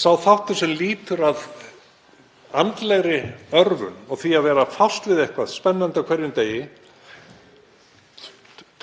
Sá þáttur sem lýtur að andlegri örvun og því að vera að fást við eitthvað spennandi á hverjum degi,